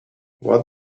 what